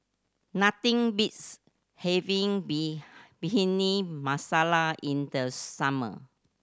nothing beats having B Bhindi Masala in the summer